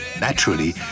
Naturally